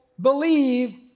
believe